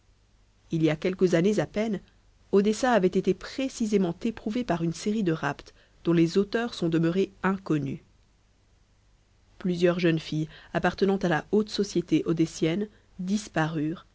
il y a quelques années à peine odessa avait été précisément éprouvée par une série de rapts dont les auteurs sont demeurés inconnus plusieurs jeunes filles appartenant à la haute société